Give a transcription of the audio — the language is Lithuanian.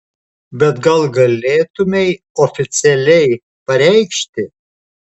bet gal galėtumei oficialiai pareikšti